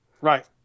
Right